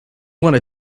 wanna